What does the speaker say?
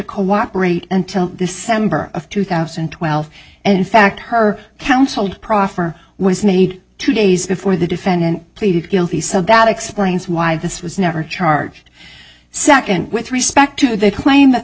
cooperate until december of two thousand and twelve and in fact her counseled proffer was made two days before the defendant pleaded guilty so that explains why this was never charged second with respect to the claim that the